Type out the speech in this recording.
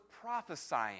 prophesying